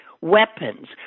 Weapons